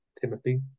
Timothy